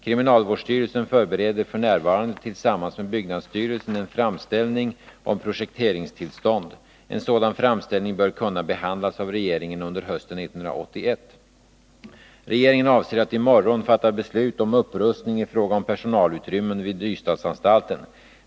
Kriminalvårdsstyrelsen förbereder f. n. tillsammans med byggnadsstyrelsen en framställning om projekteringstillstånd. En sådan framställning bör kunna behandlas av regeringen under hösten 1981. Regeringen avser att i morgon fatta beslut om upprustning i fråga om personalutrymmen vid Ystadsanstalten.